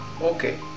okay